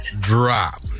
Drop